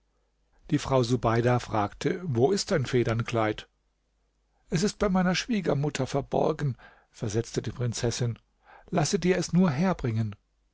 die frau subeida fragte wo ist dein federnkleid es ist bei meiner schwiegermutter verborgenen versetzte die prinzessin lasse dir es nur herbringen